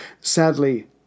Sadly